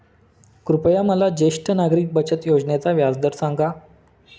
कृपया मला ज्येष्ठ नागरिक बचत योजनेचा व्याजदर सांगा